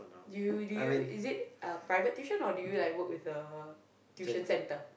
do you do you is it a private tuition or do you like work with a tuition center